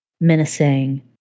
menacing